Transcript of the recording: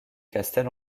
castel